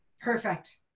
Perfect